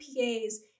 PAs